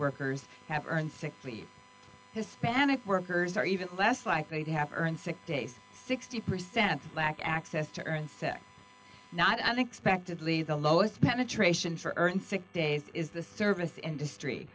workers have earned sixty hispanic workers are even less likely to have earned sick days sixty percent lack access to earn said not unexpectedly the lowest penetration for urban sick days is the service industry